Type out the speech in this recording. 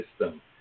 system